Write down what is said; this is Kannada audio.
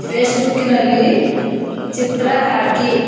ಫೇಸ್ಬುಕ್ಕಿನಲ್ಲಿ ಚಿತ್ರ ಹಾಕಿ